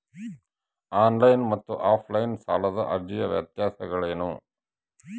On line ಮತ್ತು offline ಸಾಲದ ಅರ್ಜಿಯ ವ್ಯತ್ಯಾಸಗಳೇನು?